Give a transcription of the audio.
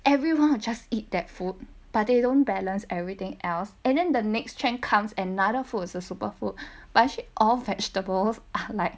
everyone will just eat that food but they don't balance everything else and then the next trend comes another food is a super food but actually all vegetables are like